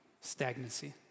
stagnancy